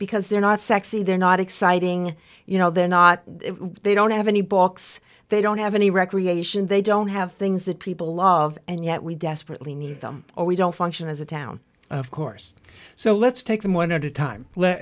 because they're not sexy they're not exciting you know they're not they don't have any books they don't have any recreation they don't have things that people love and yet we desperately need them or we don't function as a town of course so let's take them one at a time